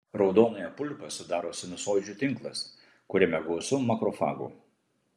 raudonąją pulpą sudaro sinusoidžių tinklas kuriame gausu makrofagų